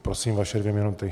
Prosím, vaše dvě minuty.